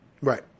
right